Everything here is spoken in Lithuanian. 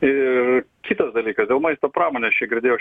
ir kitas dalykas dėl maisto pramonės čia girdėjau